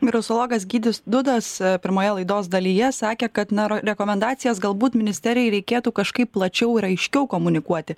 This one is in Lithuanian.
virusologas gytis dudas pirmoje laidos dalyje sakė kad na rekomendacijas galbūt ministerijai reikėtų kažkaip plačiau ir aiškiau komunikuoti